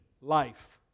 life